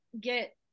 get